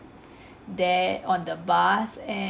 there on the bus an~